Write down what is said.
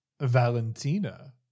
Valentina